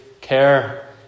care